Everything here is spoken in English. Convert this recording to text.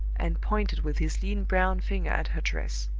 and pointed with his lean brown finger at her dress.